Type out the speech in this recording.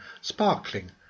sparkling